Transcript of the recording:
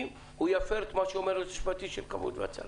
אם הוא יפר את מה שאומר היועץ המשפטי של כבאות והצלה.